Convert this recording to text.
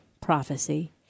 prophecy